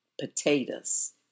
potatoes